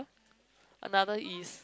another is